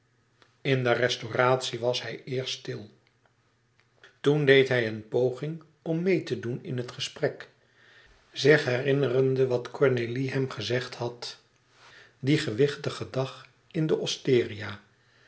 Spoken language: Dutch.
in de restauratie was hij eerst stil toen deed hij een poging om meê te doen in het gesprek zich herinnerende wat cornélie hem gezegd had dien gewichtigen dag in de osteria